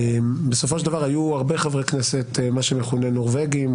בסופו של דבר היו הרבה חברי כנסת שמכונים נורבגים.